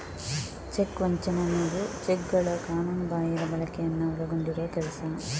check ವಂಚನೆ ಅನ್ನುದು ಚೆಕ್ಗಳ ಕಾನೂನುಬಾಹಿರ ಬಳಕೆಯನ್ನ ಒಳಗೊಂಡಿರುವ ಕೆಲಸ